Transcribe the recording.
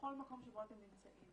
לכל מקום שבו אתם נמצאים.